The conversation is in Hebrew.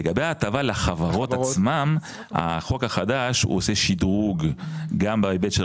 לגבי ההטבה לחברות עצמן החוק החדש הוא עושה שדרוג גם בהיבט של